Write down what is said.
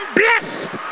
blessed